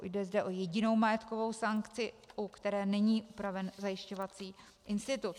Jde zde o jedinou majetkovou sankci, u které není upraven zajišťovací institut.